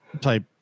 type